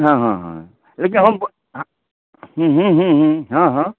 हँ हँ हँ लेकिन हम हूँ हूँ हूँ हँ हँ